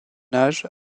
âge